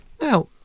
Now